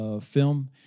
film